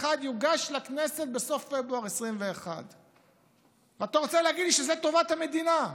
יוגש לכנסת בסוף פברואר 2021. ואתה רוצה להגיד לי שזו טובת המדינה,